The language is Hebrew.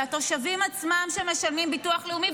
זה התושבים עצמם שמשלמים ביטוח לאומי.